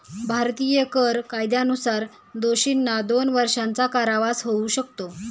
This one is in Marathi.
भारतीय कर कायद्यानुसार दोषींना दोन वर्षांचा कारावास होऊ शकतो